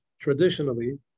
traditionally